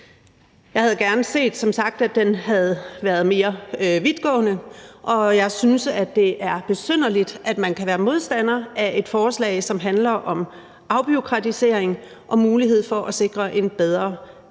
som sagt gerne set, at den havde været mere vidtgående, og jeg synes, det er besynderligt, at man kan være modstander af et forslag, som handler om afbureaukratisering og om muligheden for at sikre en bedre ældrepleje,